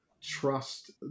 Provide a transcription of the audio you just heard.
trust